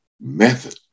method